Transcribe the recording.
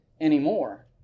anymore